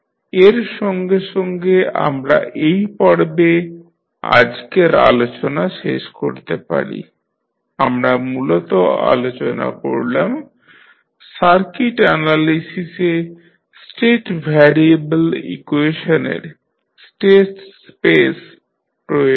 এর সঙ্গে সঙ্গে আমরা এই পর্বে আজকের আলোচনা শেষ করতে পারি আমরা মূলত আলোচনা করলাম সার্কিট অ্যানালিসিসে স্টেট ভ্যারিয়েবল ইকুয়েশনের স্টেট স্পেস প্রয়োগ নিয়ে